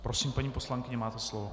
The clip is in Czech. Prosím, paní poslankyně, máte slovo.